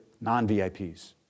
non-VIPs